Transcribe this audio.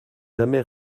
jamais